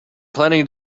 planning